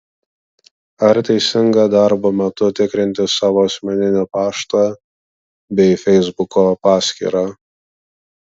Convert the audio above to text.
ar teisinga darbo metu tikrinti savo asmeninį paštą bei feisbuko paskyrą